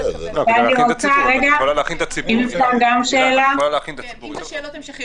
אני אענה על השאלות שנצטברו